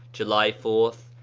july fourth,